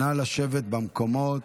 נא לשבת במקומות.